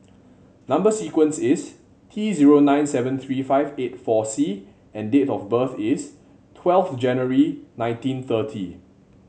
number sequence is T zero nine seven three five eight four C and date of birth is twelfth January nineteen thirty